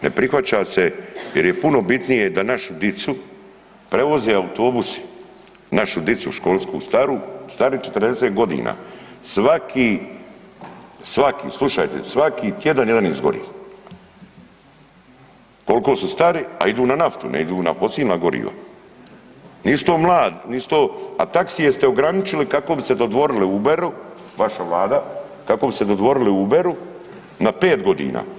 Ne prihvaća se jer je puno bitnije da našu dicu prevoze autobusi, našu dicu školsku staru, stari 40 godina, svaki, svaki, slušajte, svaki tjedan jedan izgori koliko su stari, a idu na naftu, ne idu na fosilna goriva, nisu to mladi, nisu to, a taksije ste ograničili kako biste se dodvorili Uberu, vaša Vlada, kako bi se dodvorili Uberu na 5 godina.